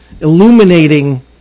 illuminating